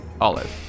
Olive